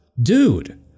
dude